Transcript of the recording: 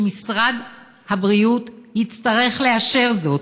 משרד הבריאות יצטרך לאשר זאת,